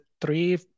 three